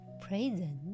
present